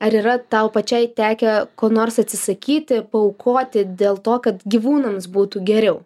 ar yra tau pačiai tekę ko nors atsisakyti paaukoti dėl to kad gyvūnams būtų geriau